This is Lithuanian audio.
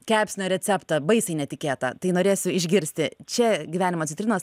kepsnio receptą baisiai netikėta tai norėsiu išgirsti čia gyvenimo citrinos